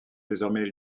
désormais